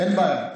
נבוא בדברים.